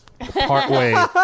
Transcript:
partway